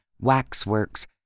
Waxworks